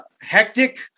hectic